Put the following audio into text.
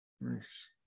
Nice